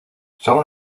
son